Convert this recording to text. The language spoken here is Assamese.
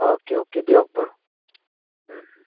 অ'কে অ'কে দিয়ক বাৰু